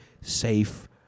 safe